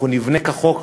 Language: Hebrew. אנחנו נבנה כחוק,